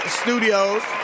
studios